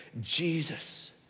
Jesus